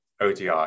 ODI